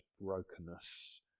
brokenness